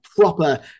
proper